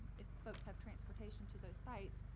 if folks have transportation to those sites,